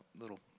little